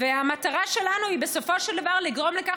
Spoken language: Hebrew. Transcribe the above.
והמטרה שלנו היא בסופו של דבר לגרום לכך